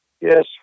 Yes